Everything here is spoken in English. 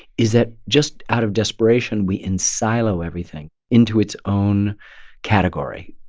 is that just out of desperation, we ensilo everything into its own category.